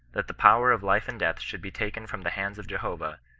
that the power of life and death should be taken from the hands of jehovah,